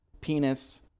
Penis